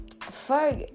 fuck